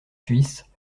suisse